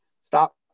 stop